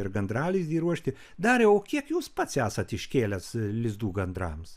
ir gandralizdį įruošti dariau o kiek jūs pats esat iškėlęs lizdų gandrams